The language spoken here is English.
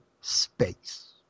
space